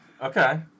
okay